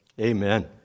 Amen